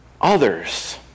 others